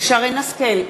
שרן השכל,